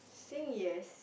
sing yes